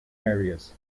areas